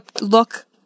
look